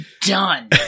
done